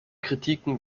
kritiken